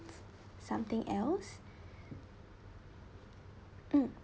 something else mm